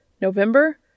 November